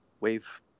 wave